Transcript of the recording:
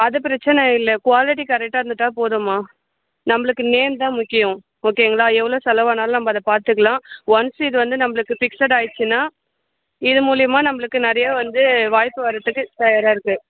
அது பிரச்சனை இல்லை க்வாலிட்டி கரெக்டா இருந்துட்டால் போதும்மா நம்மளுக்கு நேம் தான் முக்கியம் ஓகேங்களா எவ்வளோ செலவானாலும் நம்ம அதை பார்த்துக்கலாம் ஒன்ஸ் இது வந்து நம்மளுக்கு ஃபிக்ஸட் ஆயிடுச்சின்னால் இது மூலயமா நம்மளுக்கு நிறைய வந்து வாய்ப்பு வர்றத்துக்கு தயாராக இருக்குது